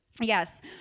Yes